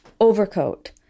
overcoat